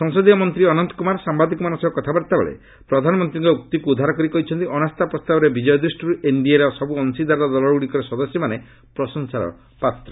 ସଂସଦୀୟ ମନ୍ତ୍ରୀ ଅନନ୍ତ କୁମାର ସାମ୍ଭାଦିକମାନଙ୍କ ସହ କଥାବାର୍ତ୍ତା ବେଳେ ପ୍ରଧାନମନ୍ତ୍ରୀଙ୍କ ଉକ୍ତିକୁ ଉଦ୍ଧାର କରି କହିଛନ୍ତି ଅନାସ୍ତା ପ୍ରସ୍ତାବରେ ବିଜୟ ଦୃଷ୍ଟିରୁ ଏନ୍ଡିଏ ର ସବୁ ଅଂଶିଦାର ଦଳଗୁଡ଼ିକର ସଦସ୍ୟମାନେ ପ୍ରଶଂସାର ଯୋଗ୍ୟ